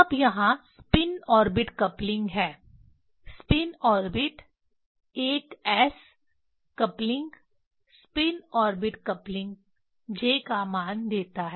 अब यहां spin orbit coupling हैं spin orbit ls coupling spin orbit coupling j का मान देता है